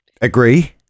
agree